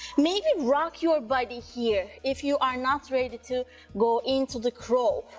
maybe rock your body here if you are not ready to to go into the crow,